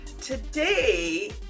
today